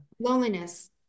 loneliness